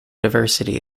diversity